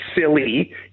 silly